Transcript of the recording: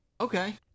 Okay